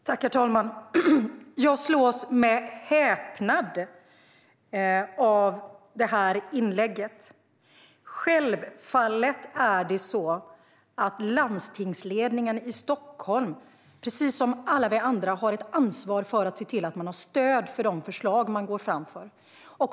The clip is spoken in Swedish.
Herr talman! Jag slås med häpnad av det här inlägget. Självfallet har landstingsledningen i Stockholm ett ansvar, precis som alla vi andra, för att se till att den har stöd för de förslag som den går fram med.